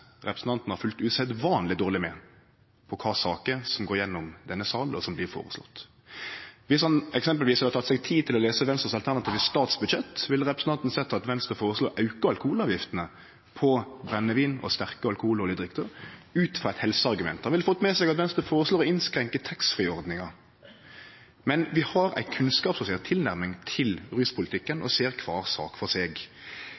representanten har følgt usedvanleg dårleg med på kva saker som går gjennom denne salen og kva som blir foreslått. Om han f.eks. hadde teke seg tid til å lese Venstre sitt alternative statsbudsjett, ville representanten sett at Venstre foreslo å auke alkoholavgiftene på brennevin og sterke alkoholhaldige drikker ut frå eit helseargument. Han ville òg fått med seg at Venstre foreslo å innskrenke taxfree-ordninga. Men vi har ei kunnskapsbasert tilnærming til ruspolitikken